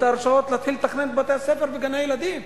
ההרשאות להתחיל לתכנן את בתי-הספר וגני-הילדים.